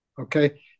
Okay